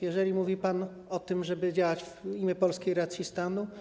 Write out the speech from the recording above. Jeżeli mówi pan o tym, że trzeba działać w imię polskiej racji stanu,